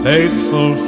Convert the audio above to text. Faithful